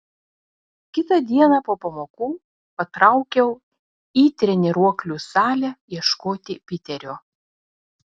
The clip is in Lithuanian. kitą dieną po pamokų patraukiau į treniruoklių salę ieškoti piterio